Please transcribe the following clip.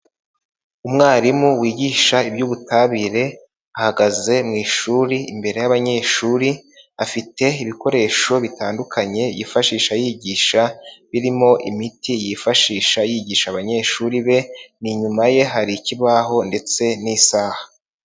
Umwarimu wigisha iby'ubutabire ahagaze mu ishuri imbere y'abanyeshuri afite ibikoresho bitandukanye yifashisha yigisha birimo imiti yifashisha yigisha abanyeshuri be, ni inyuma ye hari ikibaho ndetse n'isaha.